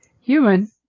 Human